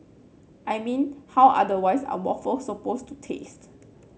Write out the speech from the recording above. I mean how otherwise are waffles supposed to taste